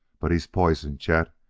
but he's poison, chet.